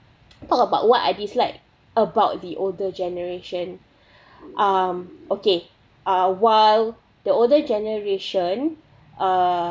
talk about what I dislike about the older generation um okay uh while the older generation uh